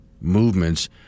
movements